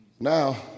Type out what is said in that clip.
Now